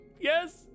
Yes